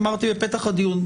אמרתי בפתח הדיון,